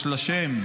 יש לה שם,